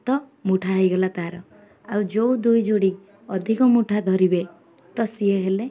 ତ ମୁଠା ହେଇଗଲା ତାର ଆଉ ଯେଉଁ ଦୁଇ ଯୋଡ଼ି ଅଧିକ ମୁଠା ଧରିବେ ତ ସିଏ ହେଲେ